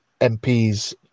MPs